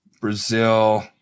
Brazil